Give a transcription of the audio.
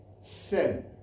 sin